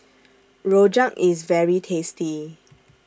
Rojak IS very tasty